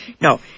no